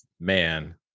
man